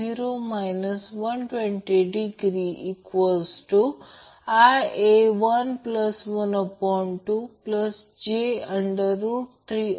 star connected लोडसाठी phase voltage हे प्रत्यक्षात VAN आहे फेज व्होल्टेज VAN म्हणू शकतो ते capital AN star connected load बनवत आहे